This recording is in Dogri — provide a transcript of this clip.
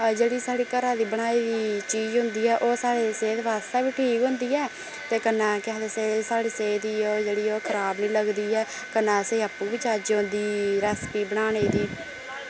जेह्ड़ी साढ़ी घरा दी बनाई दी चीज होंदी ऐ ओह् साढ़े सेह्त वास्ते बी ठीक होंदी ऐ ते कन्नै केह् आखदे साढ़ी सेह्त गी ओह् जेह्ड़ी ओह् खराब निं लगदी ऐ कन्नै असें आपूं बी चज्ज औंदी रैसपी बनाने दी